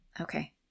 Okay